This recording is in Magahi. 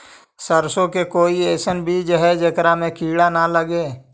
सरसों के कोई एइसन बिज है जेकरा में किड़ा न लगे?